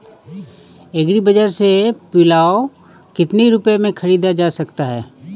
Agree bazaar से पिलाऊ कितनी रुपये में ख़रीदा जा सकता है?